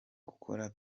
gukora